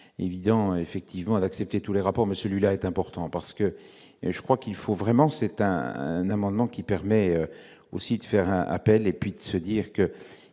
évident effectivement à l'accepter tous les rapports, mais celui-là est important parce que, et je crois qu'il faut vraiment c'est un amendement qui permet aussi de faire un appel et puis de se dire que,